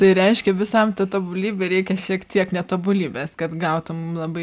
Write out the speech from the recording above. tai reiškia visam tai tobulybei reikia kažkiek netobulybės kad gautum labai